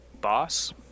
boss